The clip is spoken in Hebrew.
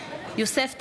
יוסף טייב,